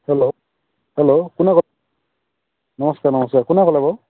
hello hello কোনে ক'লে নমস্কাৰ নমস্কাৰ কোনে ক'লে বাৰু